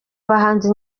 bahanzi